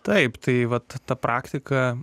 taip tai vat ta praktika